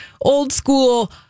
old-school